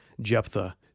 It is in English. Jephthah